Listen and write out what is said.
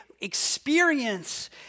experience